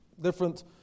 different